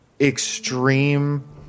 extreme